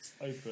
open